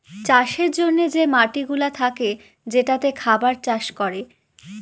চাষের জন্যে যে মাটিগুলা থাকে যেটাতে খাবার চাষ করে